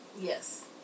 Yes